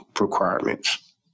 requirements